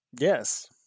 Yes